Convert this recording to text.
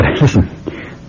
Listen